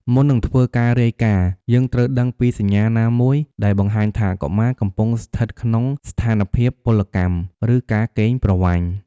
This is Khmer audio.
មុននឹងធ្វើការរាយការណ៍ យើងត្រូវដឹងពីសញ្ញាណាមួយដែលបង្ហាញថាកុមារកំពុងស្ថិតក្នុងស្ថានភាពពលកម្ម ឬការកេងប្រវ័ញ្ច។